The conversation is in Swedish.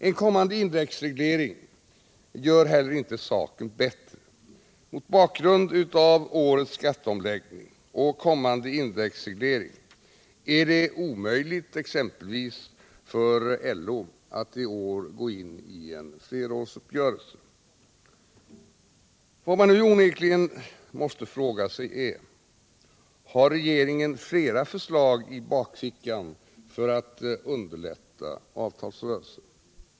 En kommande indexreglering gör inte saken bättre. Mot bakgrund av årets skatteomläggning och kommande indexreglering är det omöjligt exempelvis för LO att i år gå in i en flerårsuppgörelse. Vad man nu onekligen måste fråga sig är: Har regeringen flera förslag i bakfickan för att ”underlätta” avtalsrörelsen?